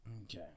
Okay